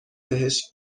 بهش